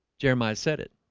jeremiah said it